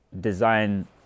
design